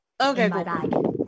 okay